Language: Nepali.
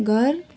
घर